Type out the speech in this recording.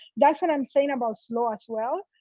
that's what i'm saying about slow as well.